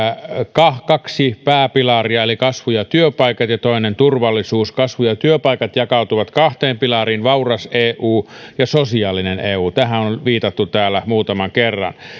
on kaksi pääpilaria kasvu ja työpaikat sekä turvallisuus kasvu ja työpaikat jakautuvat kahteen pilariin vauras eu ja sosiaalinen eu tähän on viitattu täällä muutaman kerran